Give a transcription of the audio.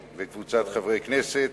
בבקשה.